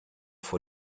vor